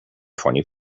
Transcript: twenty